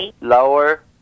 lower